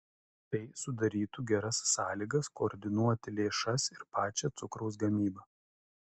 tai sudarytų geras sąlygas koordinuoti lėšas ir pačią cukraus gamybą